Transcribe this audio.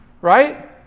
right